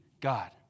God